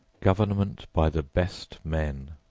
government by the best men.